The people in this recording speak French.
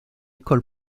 école